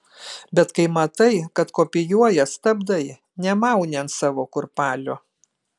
bet kai matai kad kopijuoja stabdai nemauni ant savo kurpalio